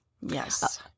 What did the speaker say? Yes